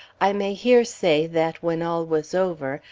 i may here say that, when all was over,